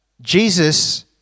Jesus